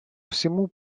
всему